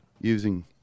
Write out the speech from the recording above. using